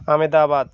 Ahmedabad